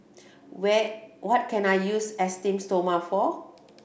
where what can I use Esteem Stoma for